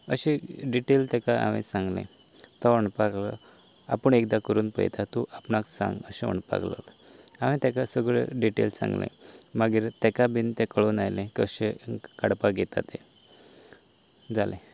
अशी डिटेल ताका हांवें सांगलें तो म्हणपाक लागलो आपूण एकदां करून पळयता तूं आपणाक सांग अशें म्हणपाक लागलो हांवें ताका सगळ्यो डिटेल्स सांगल्यो मागीर ताका बी तें कळून आयलें कशें काडपाक येता तें जालें